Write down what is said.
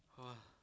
!wah!